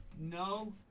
No